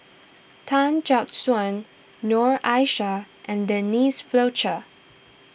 Tan Jack Suan Noor Aishah and Denise Fletcher